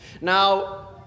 now